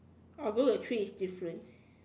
although the three is difference